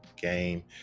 Game